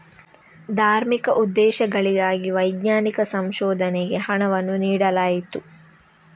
ಧಾರ್ಮಿಕ ಉದ್ದೇಶಗಳಿಗಾಗಿ ವೈಜ್ಞಾನಿಕ ಸಂಶೋಧನೆಗೆ ಹಣವನ್ನು ನೀಡಲಾಯಿತು